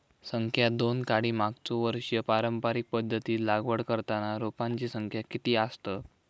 संख्या दोन काडी मागचो वर्षी पारंपरिक पध्दतीत लागवड करताना रोपांची संख्या किती आसतत?